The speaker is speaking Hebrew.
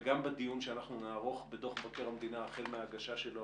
וגם בדיון שנערוך לאחר הגשת דוח המבקר היום,